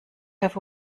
have